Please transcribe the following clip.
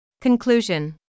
Conclusion